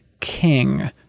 King